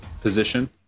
position